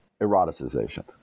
eroticization